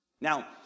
Now